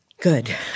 Good